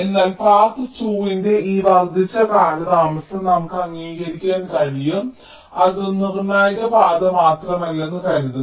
എന്നാൽ പാത്ത് 2 ന്റെ ഈ വർദ്ധിച്ച കാലതാമസം നമുക്ക് അംഗീകരിക്കാൻ കഴിയും അത് നിർണായക പാത മാത്രമല്ലെന്ന് കരുതുക